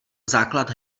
základ